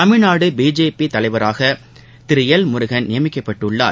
Tamil Nadu BJP தலைவராக Thiru L Murugan நியமிக்கப்பட்டுள்ளார்